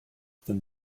than